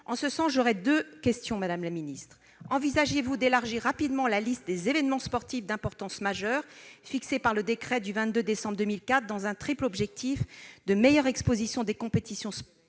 payante télévisuelle. Madame la ministre, envisagez-vous d'élargir rapidement la liste des événements sportifs d'importance majeure, fixée par le décret du 22 décembre 2004, dans un triple objectif de meilleure exposition des compétitions féminines,